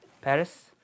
Paris